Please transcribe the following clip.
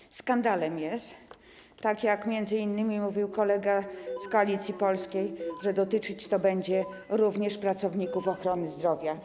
I skandalem jest, tak jak m.in. mówił kolega z Koalicji Polskiej, że dotyczyć to będzie również pracowników ochrony zdrowia.